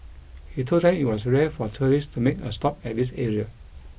he told them it was rare for tourists to make a stop at this area